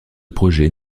projet